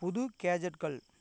புது கேஜெட்டுகள்